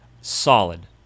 solid